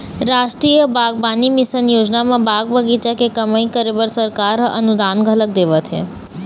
रास्टीय बागबानी मिसन योजना म बाग बगीचा के कमई करे बर सरकार ह अनुदान घलोक देवत हे